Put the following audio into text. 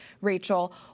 Rachel